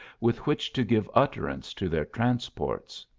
with which to give utterance to their transports!